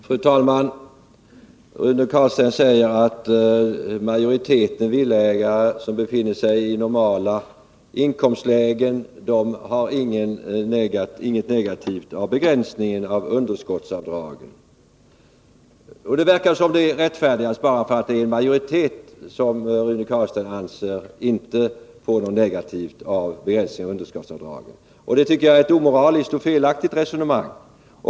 Fru talman! Rune Carlstein säger att en begränsning av underskottsavdragen inte innebär något negativt för majoriteten av villaägarna som befinner sig i normala inkomstlägen. Enligt Rune Carlstein verkar det som om detta rättfärdigas bara därför att begränsningen av underskottsavdrag inte innebär något negativt för en majoritet. Jag tycker detta är ett omoraliskt och felaktigt resonemang.